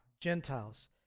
Gentiles